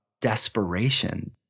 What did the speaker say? desperation